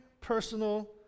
personal